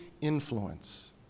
influence